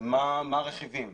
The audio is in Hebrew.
מה הרכיבים.